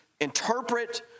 interpret